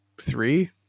three